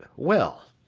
well,